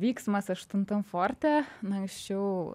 vyksmas aštuntam forte na anksčiau